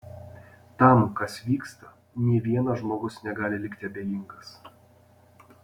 tam kas vyksta nė vienas žmogus negali likti abejingas